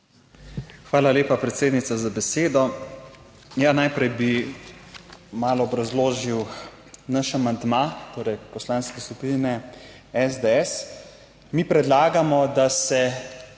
Hvala lepa, predsednica, za besedo. Najprej bi malo obrazložil naš amandma, torej poslanske skupine SDS. Mi predlagamo, da se